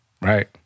right